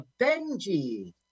Benji